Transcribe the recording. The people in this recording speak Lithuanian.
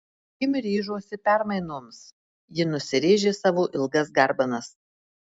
kim ryžosi permainoms ji nusirėžė savo ilgas garbanas